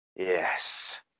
yes